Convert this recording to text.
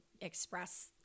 express